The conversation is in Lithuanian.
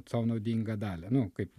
sau naudingą dalią nu kaip